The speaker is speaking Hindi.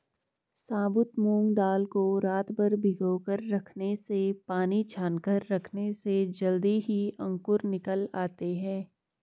साबुत मूंग दाल को रातभर भिगोकर रखने से पानी छानकर रखने से जल्दी ही अंकुर निकल आते है